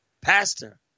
pastor